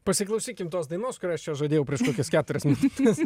pasiklausykim tos dainos kurią čia čia žadėjau prieš kokias keturias minutes